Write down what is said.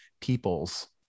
peoples